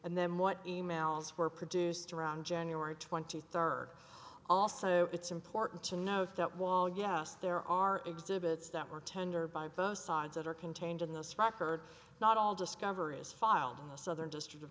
and then what e mails were produced around january twenty third also it's important to note that wall yes there are exhibits that were tendered by both sides that are contained in the strike heard not all discover is filed in the southern district of